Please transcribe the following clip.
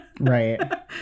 Right